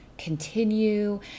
Continue